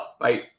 Bye